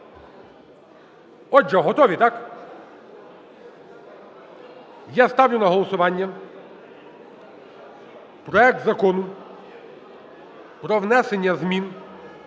Отже, готові, так? Я ставлю на голосування проект Закону про внесення змін